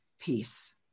peace